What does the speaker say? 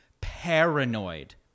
paranoid